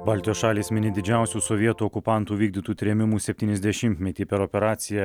baltijos šalys mini didžiausių sovietų okupantų vykdytų trėmimų septyniasdešimtmetį per operaciją